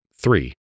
three